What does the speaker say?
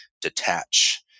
detach